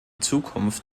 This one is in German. zukunft